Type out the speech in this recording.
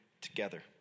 together